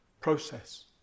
process